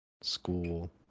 School